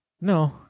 No